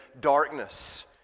darkness